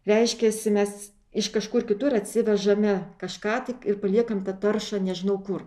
reiškiasi mes iš kažkur kitur atsivežame kažką tik ir paliekam tą taršą nežinau kur